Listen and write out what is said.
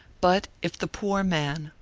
but, if the poor man,